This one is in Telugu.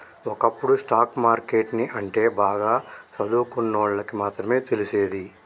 ఒకప్పుడు స్టాక్ మార్కెట్ ని అంటే బాగా సదువుకున్నోల్లకి మాత్రమే తెలిసేది